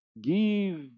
Give